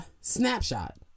snapshot